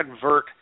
convert